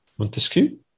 Montesquieu